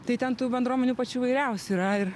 tai ten tų bendruomenių pačių įvairiausių yra ir